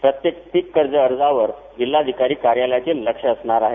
प्रत्येक पीक कर्ज अर्जावर जिल्हाधिकारी कार्यालयाचे लक्ष असणार आहे